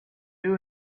they